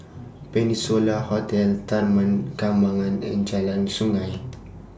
Peninsula Hotel Taman Kembangan and Jalan Sungei